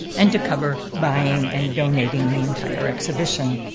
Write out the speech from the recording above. and to cover buying and donating the entire exhibition.